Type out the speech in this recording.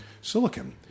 silicon